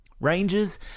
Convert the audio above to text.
Rangers